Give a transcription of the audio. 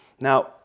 Now